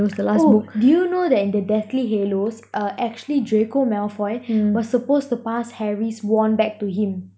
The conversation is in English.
oh do you know that the deathly hallows uh actually draco malfoy was supposed to pass harry's wand back to him